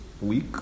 week